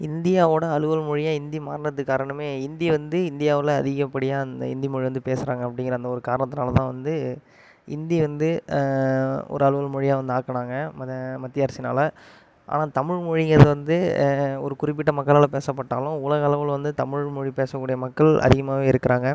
இந்தியாவோடய அலுவல் மொழியாக இந்தி மாறுனத்துக்கு காரணமே இந்தி வந்து இந்தியாவில் அதிகப்படியாக அந்த இந்தி மொழி வந்து பேசுகிறாங்க அப்படிங்கிற அந்த ஒரு காரணத்துனால்தான் வந்து இந்தி வந்து ஒரு அலுவல் மொழியாக வந்து ஆக்குனாங்க மத மத்திய அரசுனால் ஆனால் தமிழ்மொழிங்கிறது வந்து ஒரு குறிப்பிட்ட மக்களால் பேசப்பட்டாலும் உலக அளவில் வந்து தமிழ்மொழி பேசக்கூடிய மக்கள் அதிகமாகவே இருக்கிறாங்க